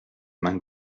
main